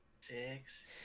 Six